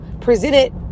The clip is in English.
presented